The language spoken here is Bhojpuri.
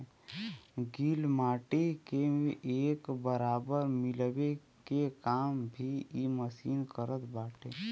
गिल माटी के एक बराबर मिलावे के काम भी इ मशीन करत बाटे